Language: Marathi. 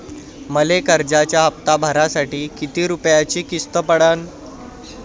मले कर्जाचा हप्ता भरासाठी किती रूपयाची किस्त पडन?